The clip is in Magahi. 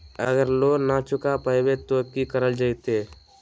अगर लोन न चुका पैबे तो की करल जयते?